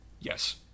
Yes